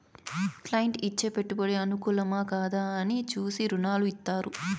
client ఇచ్చే పెట్టుబడి అనుకూలమా, కాదా అని చూసి రుణాలు ఇత్తారు